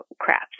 crap